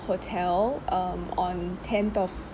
hotel um on tenth of